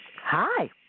Hi